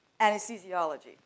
anesthesiology